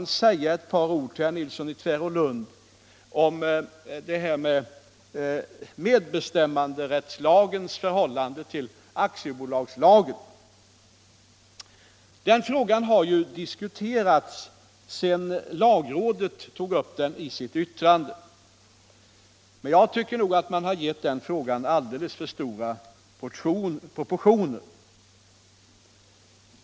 Jag vill också säga några ord till herr Nilsson i Tvärålund angående medbestämmanderättslagens förhållande till aktiebolagslagen. Den frågan har diskuterats sedan lagrådet tog upp den i sitt yttrande. Enligt min uppfattning har frågan fått alldeles för stora proportioner.